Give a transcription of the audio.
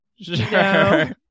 Sure